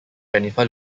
jennifer